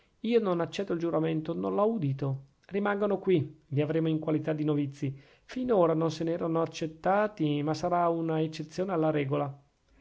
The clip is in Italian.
io non accetto il giuramento non l'ho udito rimangano qui li avremo in qualità di novizi finora non se n'erano accettati ma sarà una eccezione alla regola